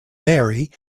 mary